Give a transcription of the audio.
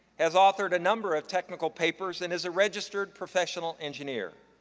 has authored a number of technical papers, and is a registered professional engineer.